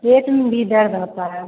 पेट में भी दर्द होता है